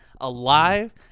alive